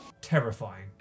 Terrifying